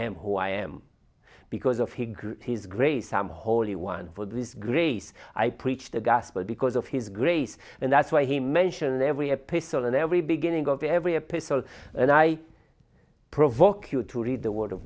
am who i am because of he grew his grace some holy one for this grace i preached the gospel because of his grace and that's why he mentioned every episode in every beginning of every episode and i provoke you to read the word of